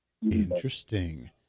Interesting